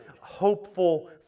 hopeful